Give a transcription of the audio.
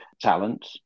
talent